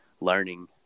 learning